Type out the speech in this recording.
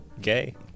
gay